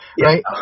Right